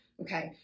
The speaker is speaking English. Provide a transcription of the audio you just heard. okay